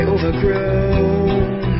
overgrown